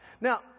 Now